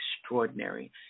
extraordinary